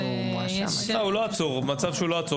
לא, הוא במצב שהוא לא עצור.